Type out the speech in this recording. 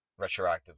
retroactively